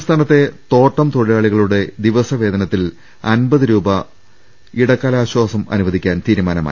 സംസ്ഥാനത്തെ തോട്ടം തൊഴിലാളികളുടെ ദിവസവേതനത്തിൽ അൻപത് രൂപ ഇടക്കാലാശാസം അനുവദിക്കാൻ തീരുമാനമായി